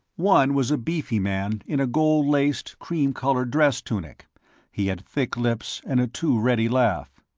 one was a beefy man in a gold-laced cream-colored dress tunic he had thick lips and a too-ready laugh.